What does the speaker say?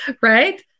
Right